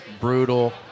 brutal